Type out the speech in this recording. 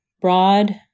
broad